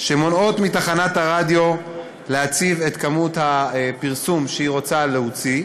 שמונעות מתחנת הרדיו להוציא את כמות הפרסום שהיא רוצה להוציא.